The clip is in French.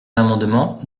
l’amendement